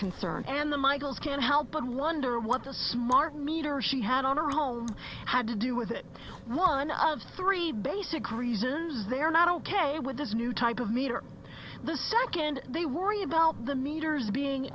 concern and the michaels can't help but wonder what the smart meter she had on her home had to do with it one of three basic reasons they are not ok with this new type of meter the second they worry about the meters being